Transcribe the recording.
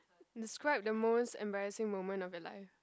describe the most embarrassing moment of your life